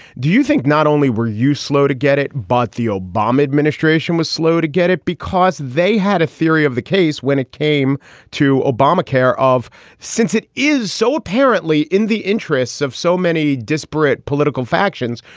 do you think? not only were you slow to get it, but the obama administration was slow to get it because they had a theory of the case when it came to obamacare of since it is so apparently in the interests of so many disparate political factions.